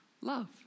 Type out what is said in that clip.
Love